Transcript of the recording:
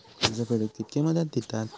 कर्ज फेडूक कित्की मुदत दितात?